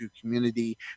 community